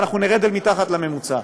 ואנחנו נרד אל מתחת לממוצע.